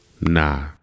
Nah